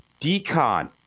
Decon